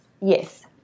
Yes